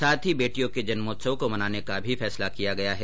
साथ ही बेटियों के जन्मोत्सव को मनाने का भी फैसला लिया गया है